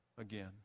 again